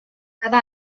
cada